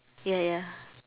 ya ya